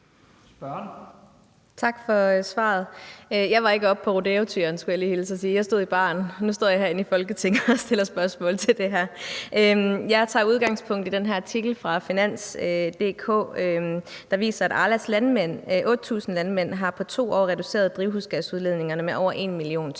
Tak for svaret. Jeg var ikke oppe på rodeotyren, skulle jeg lige hilse at sige. Jeg stod i baren. Nu står jeg her i Folketinget og stiller spørgsmål til det her. Jeg tager udgangspunkt i den her artikel fra Finans.dk, der viser, at Arlas 8.000 landmænd på 2 år har reduceret drivhusgasudledningerne med over 1 mio. t.